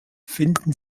finden